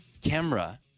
camera